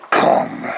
come